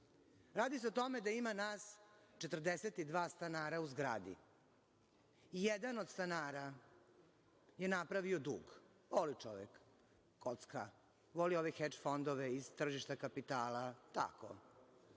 radi. Radi se o tome da ima nas 42 stanara u zgradi i jedan od stanara je napravio dug, voli čovek kocka, voli ove „hedž“ fondove iz tržišta kapitala, tako,